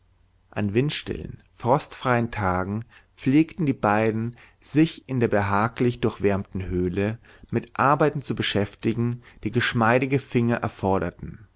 an windstillen frostfreien tagen pflegten die beiden sich in der behaglich durchwärmten höhle mit arbeiten zu beschäftigen die geschmeidige finger erforderten